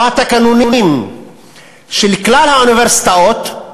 או התקנונים של כלל האוניברסיטאות,